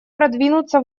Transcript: продвинуться